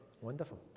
Wonderful